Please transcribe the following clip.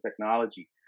technology